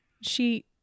she-